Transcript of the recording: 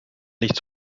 nicht